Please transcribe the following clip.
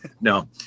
No